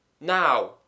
Now